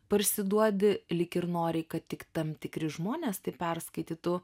parsiduodi lyg ir nori kad tik tam tikri žmonės tai perskaitytų